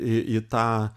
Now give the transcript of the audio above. į į tą